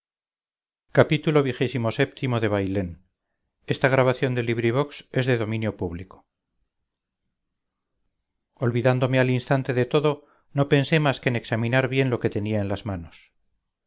xxiv xxv xxvi xxvii xxviii xxix xxx xxxi xxxii bailén de benito pérez galdós olvidándome al instante de todo no pensé mas que en examinar bien lo que tenía en las manos